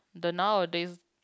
the nowadays